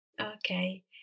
Okay